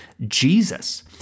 Jesus